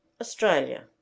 Australia